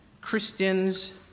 Christians